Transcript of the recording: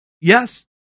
Yes